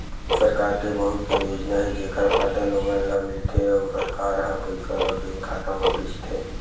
सरकार के बहुत कन योजना हे जेखर फायदा लोगन ल मिलथे अउ सरकार ह पइसा ल बेंक खाता म भेजथे